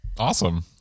Awesome